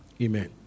Amen